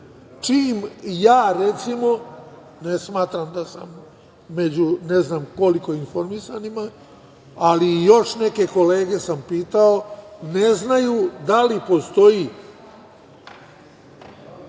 čim ja recimo, ne smatram da sam među ne znam koliko informisanima, ali još neke kolege sam pitao, ne znaju da li postoji